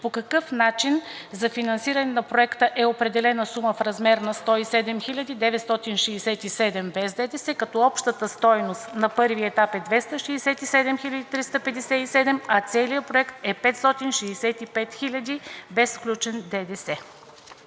по какъв начин за финансиране на проекта е определена сума в размер на 107 967 лв. без ДДС, като общата стойност на първия етап е 267 357 лв., а целият проект е 565 хил. лв. без включен ДДС?